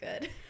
good